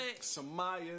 Samaya